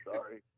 Sorry